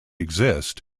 exist